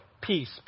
peace